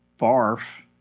Barf